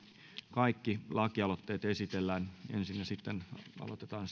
kaikki lakialoitteet esitellään ensin ja sitten aloitetaan